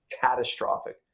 catastrophic